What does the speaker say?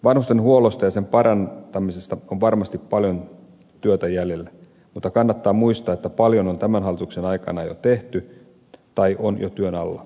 vanhustenhuollossa ja sen parantamisessa on varmasti paljon työtä jäljellä mutta kannattaa muistaa että paljon on tämän hallituksen aikana jo tehty tai on jo työn alla